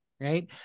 right